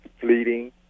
fleeting